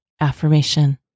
affirmation